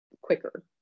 quicker